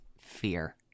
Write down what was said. Fear